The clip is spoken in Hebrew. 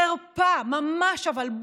חרפה, ממש, אבל.